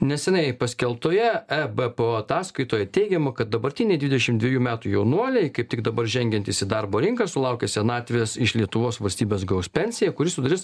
neseniai paskelbtoje e b p o ataskaitoje teigiama kad dabartiniai dvidešimt dvejų metų jaunuoliai kaip tik dabar žengiantys į darbo rinką sulaukę senatvės iš lietuvos valstybės gaus pensiją kuri sudarys